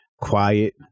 quiet